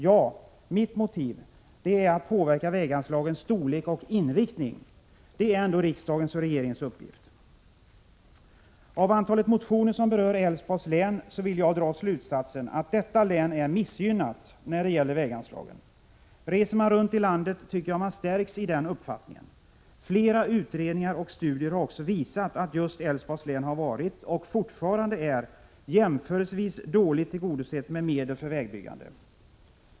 Ja, mitt motiv är att påverka väganslagens storlek och inriktning. Det är ändå riksdagens och regeringens uppgift. Av antalet motioner som berör Älvsborgs län vill jag dra slutsatsen att detta län är missgynnat när det gäller väganslagen. Reser man runt i landet tycker jag man stärks i den uppfattningen. Flera utredningar och studier har också visat att just Älvsborgs län har varit och fortfarande är jämförelsevis dåligt tillgodosett med medel för vägbyggande.